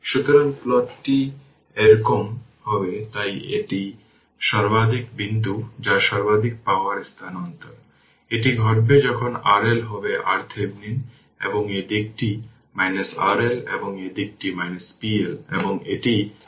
সুতরাং এই 1টি বা 2টি জিনিস আমি শুধু ফোরামে সঠিকভাবে উত্তর দিতে পারি কিনা তা দেখার জন্য রেখে যাচ্ছি